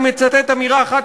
אני מצטט אמירה אחת,